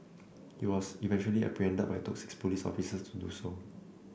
he was eventually apprehended but it took six police officers to do so